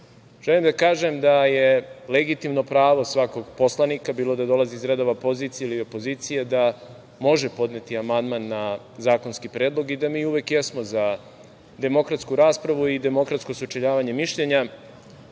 tačno. Želim da kažem da je legitimno pravo svakog poslanika, bilo da dolazi iz redova pozicije ili opozicije, da može podneti amandman na zakonski predlog i da mi uvek jesmo za demokratsku raspravu i demokratsko sučeljavanje mišljenja,